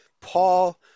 Paul